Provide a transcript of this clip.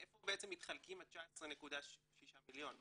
אז איפה בעצם מתחלקים ה-19.6 מיליון בעצם?